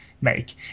make